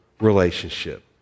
relationship